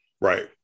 Right